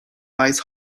ice